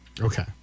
Okay